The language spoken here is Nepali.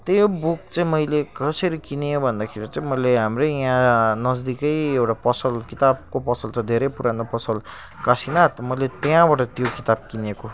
त्यही हो बुक चाहिँ मैले कसरी किनेँ भन्दाखेरि चाहिँ मैले हाम्रै यहाँ नज्दिकै एउटा पसल किताबको पसल छ धेरै पुरानो पसल कासीनाथ मैले त्यहाँबाट त्यो किताब किनेको